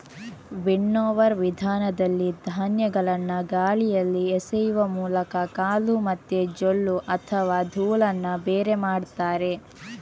winnower ವಿಧಾನದಲ್ಲಿ ಧಾನ್ಯಗಳನ್ನ ಗಾಳಿಯಲ್ಲಿ ಎಸೆಯುವ ಮೂಲಕ ಕಾಳು ಮತ್ತೆ ಜೊಳ್ಳು ಅಥವಾ ಧೂಳನ್ನ ಬೇರೆ ಮಾಡ್ತಾರೆ